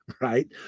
Right